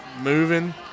moving